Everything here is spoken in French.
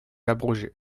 abrogée